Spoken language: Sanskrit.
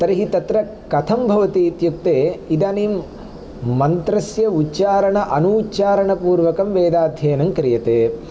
तर्हि तत्र कथं भवति इत्युक्ते इदानीं मन्त्रस्य उच्चारण अनूच्चारणपूर्वकं वेदाध्ययनं क्रियते